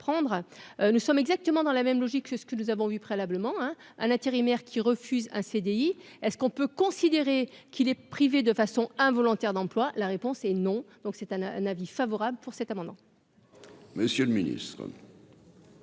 nous sommes exactement dans la même logique, c'est ce que nous avons eu préalablement un intérimaire qui refuse un CDI est-ce qu'on peut considérer qu'il est privé de façon involontaire d'emploi, la réponse est non, donc c'est un un avis favorable pour cet amendement.